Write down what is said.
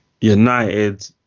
United